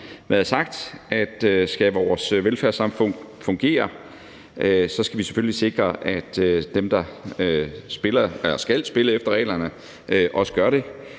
blevet sagt, at skal vores velfærdssamfund fungere, skal vi selvfølgelig sikre, at dem, der skal spille efter reglerne, også gør det.